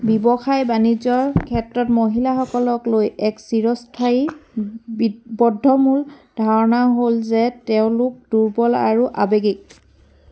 ব্যৱসায় বাণিজ্যৰ ক্ষেত্ৰত মহিলাসকলক লৈ এক চিৰস্থায়ী বি বদ্ধমূল ধাৰণা হ'ল যে তেওঁলোক দুৰ্বল আৰু আৱেগিক